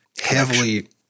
heavily